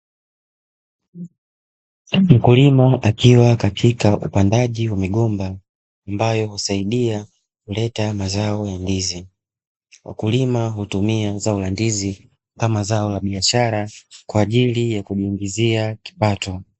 Mkulima akiwa katika upandaji wa migomba ambayo husaidia kuleta mazao ya ndizi, wakulima huleta mazao ya ndizi kama zao la biashara kwa ajili ya kujiingizia kipato.